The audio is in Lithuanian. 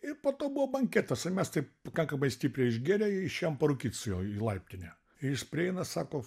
ir po to buvo banketas ir mes taip pakankamai stipriai išgėrę išėjom parūkyt su juo į laiptinę jis prieina sako